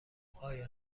آیا